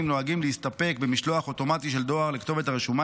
נוהגים להסתפק במשלוח אוטומטי של דואר לכתובת הרשומה